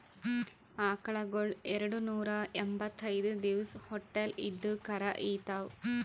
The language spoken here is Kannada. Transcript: ಆಕಳಗೊಳ್ ಎರಡನೂರಾ ಎಂಭತ್ತೈದ್ ದಿವಸ್ ಹೊಟ್ಟಲ್ ಇದ್ದು ಕರಾ ಈತಾವ್